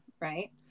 right